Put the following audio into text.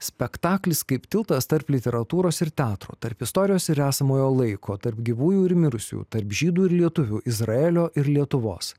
spektaklis kaip tiltas tarp literatūros ir teatro tarp istorijos ir esamojo laiko tarp gyvųjų ir mirusiųjų tarp žydų ir lietuvių izraelio ir lietuvos